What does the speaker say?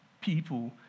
people